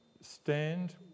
stand